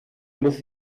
muss